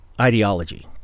ideology